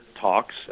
talks